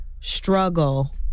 struggle